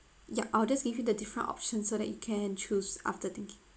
ya I'll just give you the different options so that you can choose after thinking